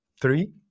Three